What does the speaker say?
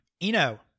Eno